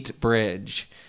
bridge